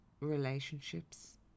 relationships